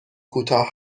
کوتاه